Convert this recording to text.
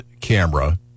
camera